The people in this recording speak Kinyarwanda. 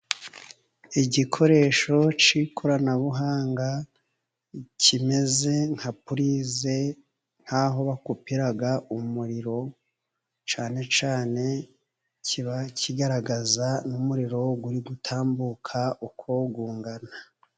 Igikoresho cy'ikoranabuhanga kimeze nka pulize nk'aho bakupira umuriro, cyane cyane kiba kigaragaza n'umuriro uri gutambuka uko ungana.